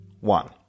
one